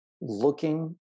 looking